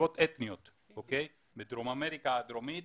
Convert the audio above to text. מסיבות אתניות, בדרום אמריקה הדרומית